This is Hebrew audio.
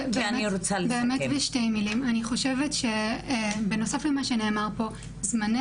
אני חושבת שבנוסף למה שנאמר פה זמני